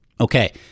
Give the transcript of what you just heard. Okay